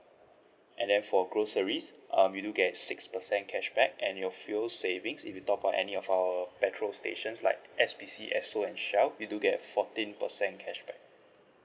and then for groceries um you do get a six percent cashback and your fuel savings if you top up any of our petrol stations like S_P_C esso and shell you do get fourteen percent cashback